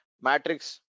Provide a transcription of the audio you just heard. matrix